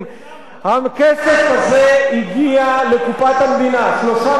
הכסף הזה הגיע לקופת המדינה, 3 מיליארד שקל.